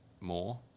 more